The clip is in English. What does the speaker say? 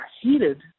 heated